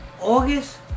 August